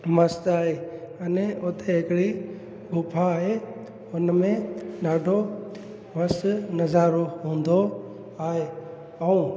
मस्त आहे अने उते हिकिड़ी गुफा आहे उन में ॾाढो मस्त नज़ारो हूंदो आहे ऐं